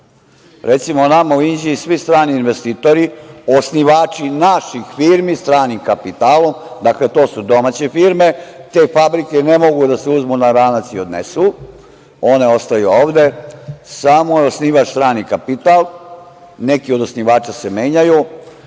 Recimo, nama u Inđiji svi strani investitori, osnivači naših firmi stranim kapitalom, dakle, to su domaće firme, te fabrike ne mogu da se uzmu na ranac i odnesu, one ostaju ovde, samo je osnivač strani kapital. Neki od osnivača se menjaju,